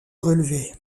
relevé